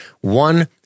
One